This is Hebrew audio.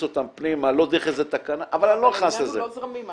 אותם פנימה לא דרך איזה תקנה --- אבל העניין הוא לא זרמים,